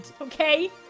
okay